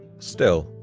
still,